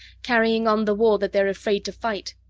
carrying on the war that they're afraid to fight!